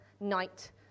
night